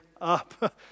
up